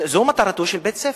זו מטרתו של בית-הספר.